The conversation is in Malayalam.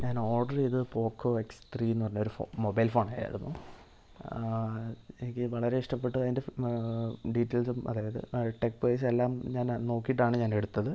ഞാൻ ഓർഡർ ചെയ്തത് പോക്കോ എക്സ് ത്രീന്ന് പറഞ്ഞൊരു ഫോ മൊബൈൽ ഫോണായിരുന്നു എനിക്ക് വളരെ ഇഷ്ടപ്പെട്ടത് അതിൻ്റെ ഡീറ്റെയിൽസും അതായത് ടെക് വൈസെല്ലാം ഞാൻ നോക്കീട്ടാണ് ഞാൻ എടുത്തത്